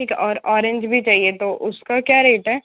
ठीक है और ऑरेंज भी चाहिए तो उसका क्या रेट है